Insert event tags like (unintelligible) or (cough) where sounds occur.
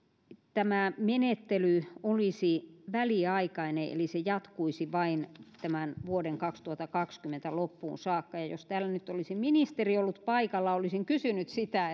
tämä menettely olisi väliaikainen eli se jatkuisi vain vuoden kaksituhattakaksikymmentä loppuun saakka jos täällä nyt olisi ministeri ollut paikalla olisin kysynyt sitä (unintelligible)